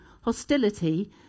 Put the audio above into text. hostility